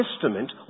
Testament